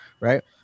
right